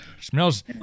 Smells